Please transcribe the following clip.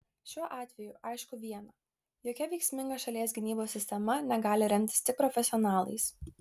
šiuo atveju aišku viena jokia veiksminga šalies gynybos sistema negali remtis tik profesionalais